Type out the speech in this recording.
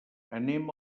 anem